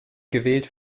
gewählt